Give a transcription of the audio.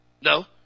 No